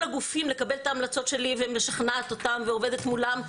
הגופים לקבל את ההמלצות שלי ומשכנעת אותם ועובדת מולם.